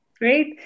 great